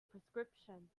prescription